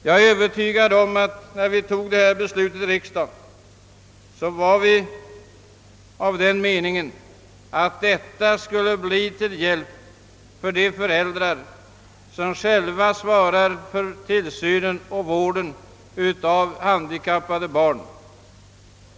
Jag är övertygad om att vi här i riksdagen, när vi fattade beslut om detta bidrag, var av den meningen, att bidraget skulle bli till hjälp för de föräldrar som själva svarar för tillsynen och vården av sina handikappade barn.